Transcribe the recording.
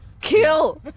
kill